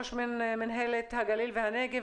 ראש מינהלת הגליל והנגב,